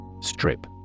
Strip